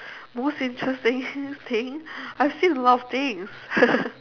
most interesting thing I've seen a lot of things